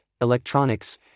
electronics